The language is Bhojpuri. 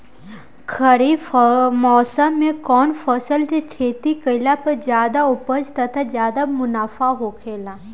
खरीफ़ मौसम में कउन फसल के खेती कइला पर ज्यादा उपज तथा ज्यादा मुनाफा होखेला?